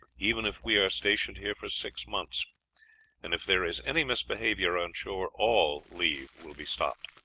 even if we are stationed here for six months and if there is any misbehavior on shore, all leave will be stopped.